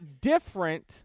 different